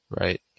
right